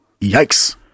yikes